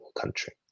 country